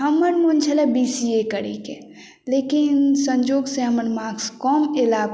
हमर मोन छलए बी सी ए करैके लेकिन संयोगसँ हमर मार्क्स कम एला